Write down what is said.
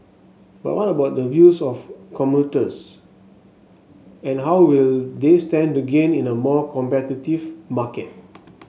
but what about the views of commuters and how will they stand to gain in a more competitive market